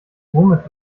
womit